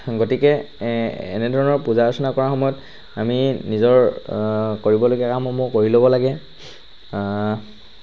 গতিকে এনেধৰণৰ পূজা অৰ্চনা কৰা সময়ত আমি নিজৰ কৰিবলগীয়া কামসমূহ কৰি ল'ব লাগে